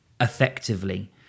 effectively